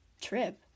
trip